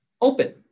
Open